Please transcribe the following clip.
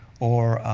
or,